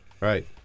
Right